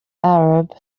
arab